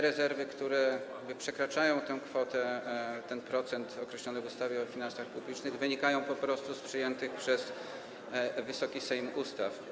Rezerwy, które przekraczają tę kwotę, ten poziom procentowy określony w ustawie o finansach publicznych, wynikają po prostu z przyjętych przez Wysoki Sejm ustaw.